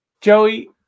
Joey